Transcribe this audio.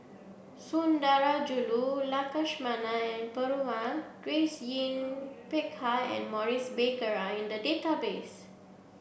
Sundarajulu Lakshmana and Perumal Grace Yin Peck Ha and Maurice Baker are in the database